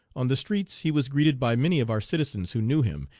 on the streets he was greeted by many of our citizens who knew him,